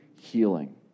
healing